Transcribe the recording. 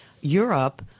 Europe